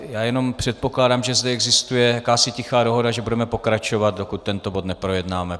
Já jenom předpokládám, že zde existuje jakási tichá dohoda, že budeme pokračovat, dokud tento bod neprojednáme.